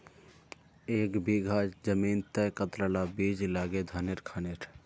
एक बीघा जमीन तय कतला ला बीज लागे धानेर खानेर?